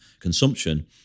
consumption